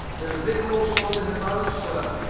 there's a big hole stove in the bows, sir!